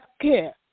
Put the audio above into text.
Care